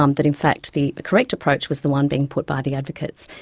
um that in fact the correct approach was the one being put by the advocates.